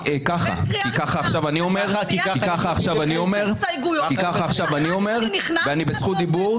ככה, כי כך עכשיו אני אומר ואני בזכות דיבור.